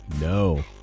No